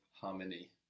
harmony